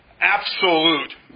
absolute